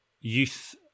youth